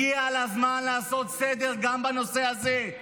הגיע הזמן לעשות סדר גם בנושא הזה,